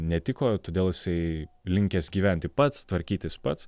netiko todėl jisai linkęs gyventi pats tvarkytis pats